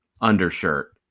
undershirt